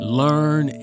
learn